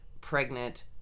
pregnant